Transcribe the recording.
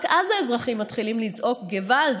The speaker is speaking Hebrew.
רק אז האזרחים מתחילים לצעוק: געוואלד,